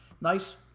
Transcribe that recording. nice